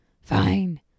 Fine